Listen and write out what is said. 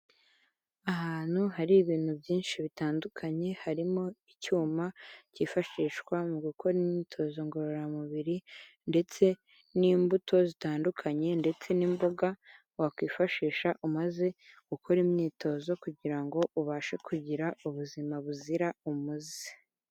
Ahantu hari ibintu byinshi bitandukanye, harimo icyuma cyifashishwa mu gukora imyitozo ngororamubiri, ndetse n'imbuto zitandukanye ndetse n'imboga wakwifashisha umaze gukora imyitozo, kugira ngo ubashe kugira ubuzima buzira umuze.